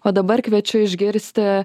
o dabar kviečiu išgirsti